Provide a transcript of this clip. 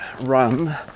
run